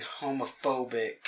homophobic